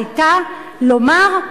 היתה לומר: